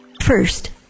First